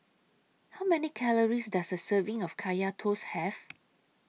How Many Calories Does A Serving of Kaya Toast Have